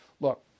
Look